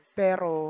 pero